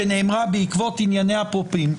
שנאמרה בעקבות ענייני הפופים,